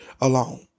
alone